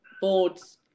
boards